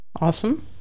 awesome